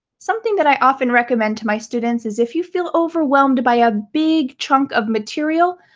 something that i often recommend to my students is if you feel overwhelmed by a big chunk of material,